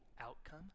outcome